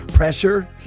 pressure